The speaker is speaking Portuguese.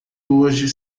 hoje